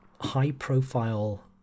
high-profile